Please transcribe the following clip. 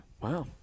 Wow